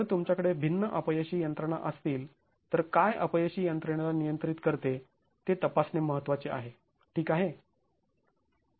जर तुमच्याकडे भिन्न अपयशी यंत्रणा असतील तर काय अपयशी यंत्रणेला नियंत्रित करते ते तपासणे महत्त्वाचे आहे ठीक आहे